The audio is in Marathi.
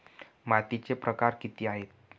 मातीचे प्रकार किती आहेत?